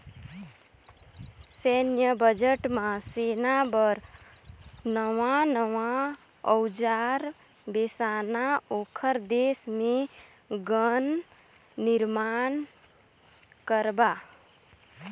सैन्य बजट म सेना बर नवां नवां अउजार बेसाना, ओखर देश मे गन निरमान करबा